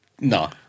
No